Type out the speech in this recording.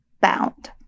bound